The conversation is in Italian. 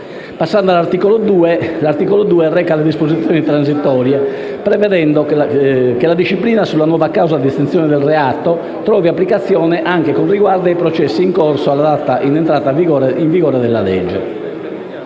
accettata. L'articolo 2 del provvedimento reca disposizioni transitorie e prevede che la disciplina sulla nuova causa di estinzione del reato trovi applicazione anche con riguardo ai processi in corso alla data di entrata in vigore della legge.